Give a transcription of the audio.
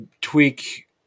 tweak